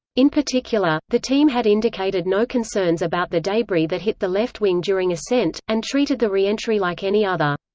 in particular, the team had indicated no concerns about the debris that hit the left wing during ascent, and treated the re-entry like any other.